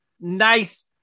nice